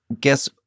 guess